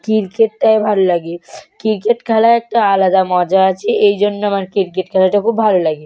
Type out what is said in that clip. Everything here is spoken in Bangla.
ক্রিকেটটাই ভালো লাগে ক্রিকেট খেলায় একটা আলাদা মজা আছে এই জন্য আমার ক্রিকেট খেলাটা খুব ভালো লাগে